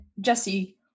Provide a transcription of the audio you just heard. Jesse